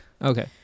Okay